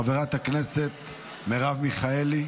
חברת הכנסת מרב מיכאלי,